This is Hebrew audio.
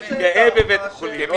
אני מתגאה בבית החולים.